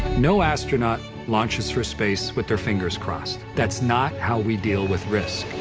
no astronaut launches for space with their fingers crossed. that's not how we deal with risk.